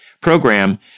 program